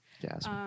Yes